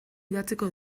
idatziko